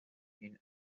این